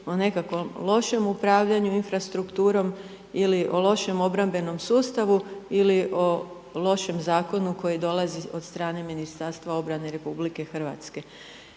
o nekakvom lošem upravljanju infrastrukturom ili o lošem obrambenom sustavu ili o lošem zakonu koji dolazi od strane Ministarstva obrane RH.